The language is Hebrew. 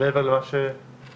מעבר למה שהתייחסנו?